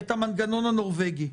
את "המנגנון הנורבגי".